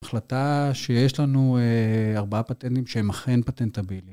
החלטה שיש לנו ארבעה פטנטים שהם אכן פטנטבילים.